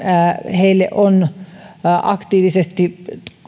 heille on aktiivisesti